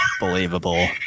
believable